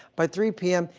by three p m,